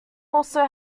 also